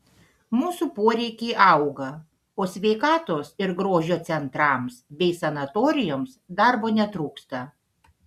mūsų poreikiai auga o sveikatos ir grožio centrams bei sanatorijoms darbo netrūksta